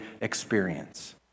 experience